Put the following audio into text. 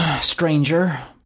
stranger